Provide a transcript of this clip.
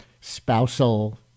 spousal